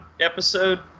episode